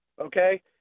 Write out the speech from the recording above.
okay